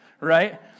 right